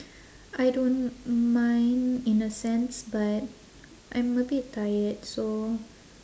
I don't mind in a sense but I'm a bit tired so